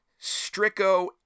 Strico